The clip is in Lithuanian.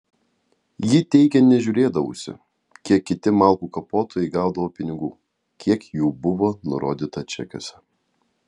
ji teigė nežiūrėdavusi kiek kiti malkų kapotojai gaudavo pinigų kiek jų buvo nurodyta čekiuose